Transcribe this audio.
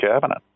cabinet